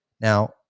Now